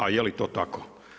A je li to tako?